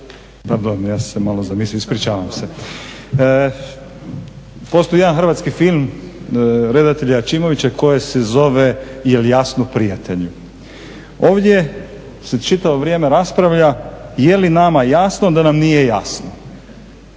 Pardon, ja sam se malo zamislio. Ispričavam se. Postoji jedan hrvatski film redatelja Aćimovića koji se zove "Je li jasno prijatelju?" Ovdje se čitavo vrijeme raspravlja je li nama jasno da nam nije jasno.